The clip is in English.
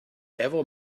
ever